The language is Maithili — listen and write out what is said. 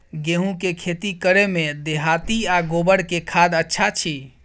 गेहूं के खेती करे में देहाती आ गोबर के खाद अच्छा छी?